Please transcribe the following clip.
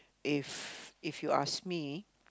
if if you ask me